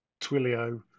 Twilio